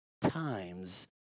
times